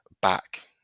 back